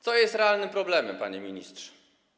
Co jest realnym problemem, panie ministrze?